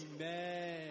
Amen